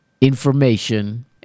information